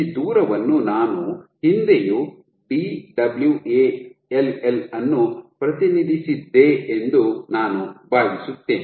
ಈ ದೂರವನ್ನು ನಾನು ಹಿಂದೆಯೂ Dwall ಅನ್ನು ಪ್ರತಿನಿಧಿಸಿದ್ದೇ ಎಂದು ನಾನು ಭಾವಿಸುತ್ತೇನೆ